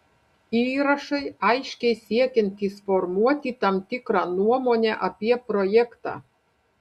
įrašai aiškiai siekiantys formuoti tam tikrą nuomonę apie projektą